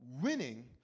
winning